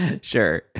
sure